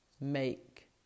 make